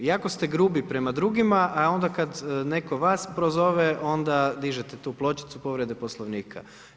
Jako ste grubi prema drugima, a onda kad netko vas prozove onda dižete tu pločicu povrede poslovnika.